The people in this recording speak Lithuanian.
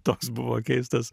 toks buvo keistas